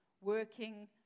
working